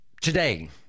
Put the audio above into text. today